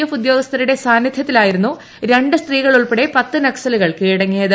F ഉദ്യോഗസ്ഥരുടെ സാന്നിധൃത്തിലായിരുന്നു രണ്ടു സ്ത്രീകൾ ഉൾപ്പെടെ പത്ത് നക്സലുകൾ കീഴടങ്ങിയത്